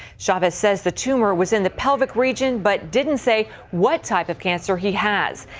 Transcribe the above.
chavez says, the tumor was in the pelvic region but didn't say what type of cancer he has.